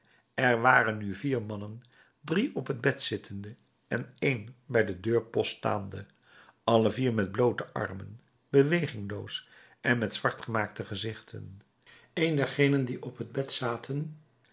er waren nu vier mannen drie op het bed zittende en één bij den deurpost staande alle vier met bloote armen bewegingloos en met zwart gemaakte gezichten een dergenen die op het bed zaten